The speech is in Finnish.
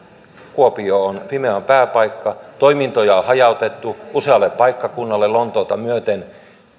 kuopio on fimean pääpaikka toimintoja on hajautettu usealle paikkakunnalle lontoota myöten